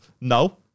No